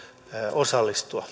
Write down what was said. osallistua